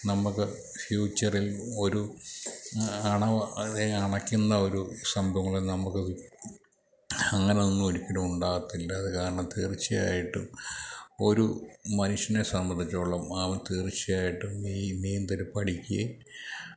നമുക്ക് ഫ്യൂച്ചറിൽ ഒരു അണ അണക്കുന്ന ഒരു സംഭവങ്ങൾ നമുക്ക് അങ്ങനൊന്നും ഒരിക്കലും ഉണ്ടാകത്തില്ല അതുകാരണം തീർച്ചയായിട്ടും ഒരു മനുഷ്യനെ സംബന്ധിച്ചിടത്തോളം അവൻ തീർച്ചയായിട്ടും ഈ നീന്തൽ പഠിക്കുകയും